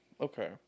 Okay